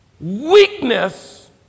weakness